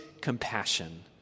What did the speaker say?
compassion